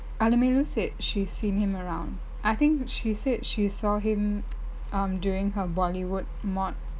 alamelu said she's seen him around I think she said she saw him um during her bollywood mod